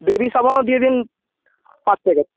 baby সাবানও দিয়ে দিন পাঁচ প্যাকেট